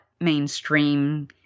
mainstream